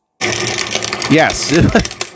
yes